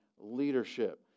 leadership